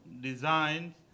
designs